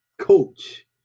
coach